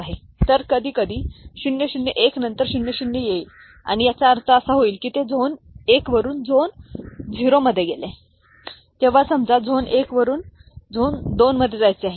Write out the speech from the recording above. तर कधीकधी 001 नंतर 000 येईल आणि याचा अर्थ असा होईल की ते झोन 1 वरून झोन 0 मध्ये गेले आहे जेव्हा समजा झोन 1 वरून झोन 2 वर जायचे आहे